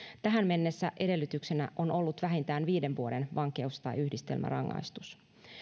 tähän mennessä edellytyksenä on ollut vähintään viiden vuoden vankeus tai yhdistelmärangaistus